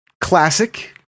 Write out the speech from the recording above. Classic